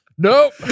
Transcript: Nope